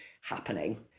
happening